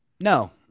No